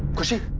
khushi